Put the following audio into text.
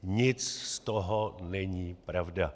Nic z toho není pravda.